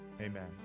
Amen